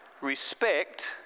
respect